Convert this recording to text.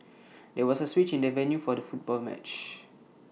there was A switch in the venue for the football match